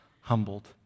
humbled